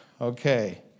Okay